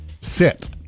sit